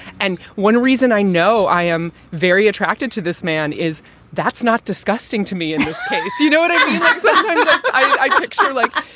and one reason i know i am very attracted to this man is that's not disgusting to me in this case you know what i i like? so like